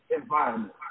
environment